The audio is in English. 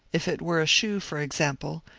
if it were a shoe, for ex ample,